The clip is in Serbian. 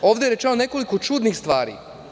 Ovde je rečeno nekoliko čudnih stvari.